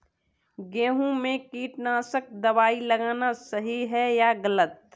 गेहूँ में कीटनाशक दबाई लगाना सही है या गलत?